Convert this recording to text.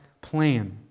plan